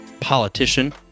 politician